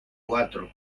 cuatro